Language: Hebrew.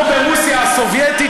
כמו ברוסיה הסובייטית,